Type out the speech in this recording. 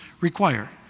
require